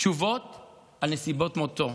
תשובות על נסיבות מותו.